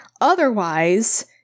otherwise